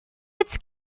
its